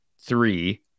three